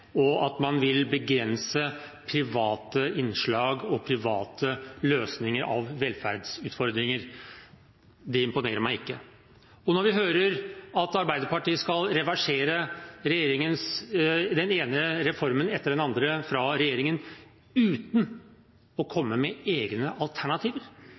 og at man vil begrense private innslag og private løsninger på velferdsutfordringer, imponerer det meg ikke. Og når vi hører at Arbeiderpartiet skal reversere den ene reformen etter den andre fra regjeringen uten å komme med egne alternativer